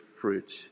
fruit